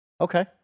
Okay